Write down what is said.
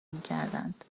میکردند